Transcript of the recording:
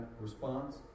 response